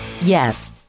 Yes